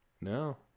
No